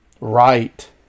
right